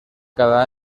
cada